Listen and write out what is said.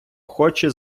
хоче